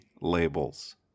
Labels